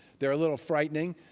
they're a little frightening.